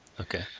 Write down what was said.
Okay